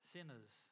Sinners